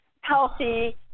healthy